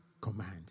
command